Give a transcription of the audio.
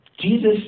Jesus